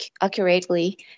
accurately